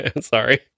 Sorry